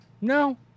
No